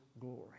glory